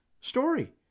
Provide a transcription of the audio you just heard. story